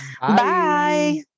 Bye